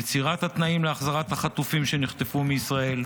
יצירת התנאים להחזרת החטופים שנחטפו מישראל,